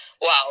wow